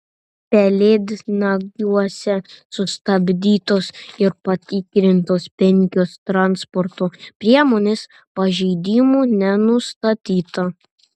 pelėdnagiuose sustabdytos ir patikrintos penkios transporto priemonės pažeidimų nenustatyta